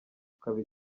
ukaba